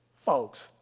Folks